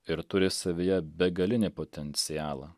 ir turi savyje begalinį potencialą